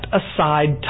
aside